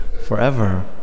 forever